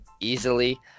Easily